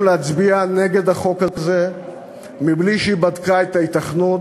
להצביע נגד החוק הזה בלי שבדקה את ההיתכנות,